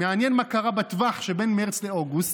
מעניין מה קרה בטווח שבין מרץ לאוגוסט,